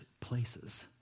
places